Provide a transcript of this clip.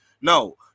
no